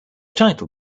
title